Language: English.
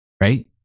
Right